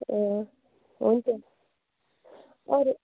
अँ हुन्छ अरू